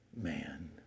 man